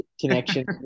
connection